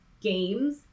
games